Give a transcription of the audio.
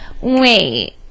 wait